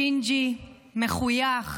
ג'ינג'י, מחויך.